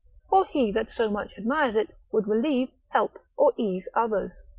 or he that so much admires it, would relieve, help, or ease others.